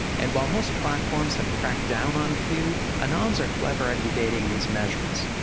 and while most platforms have cracked down on q, anons are clever at evading these measures.